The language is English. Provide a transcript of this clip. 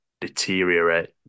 deteriorate